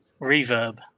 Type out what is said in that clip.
reverb